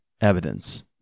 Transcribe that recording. evidence